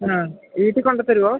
ആ വീട്ടിൽ കൊണ്ടുവന്ന് തരുമോ